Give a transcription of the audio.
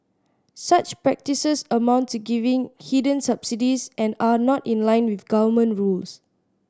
such practices amount to giving hidden subsidies and are not in line with government rules